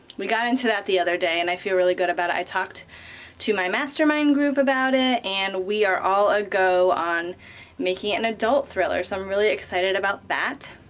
we got into that the other day, and i feel really good about i talked to my mastermind group about it, and we are all a-go on making it an adult thriller. so i'm really excited about that.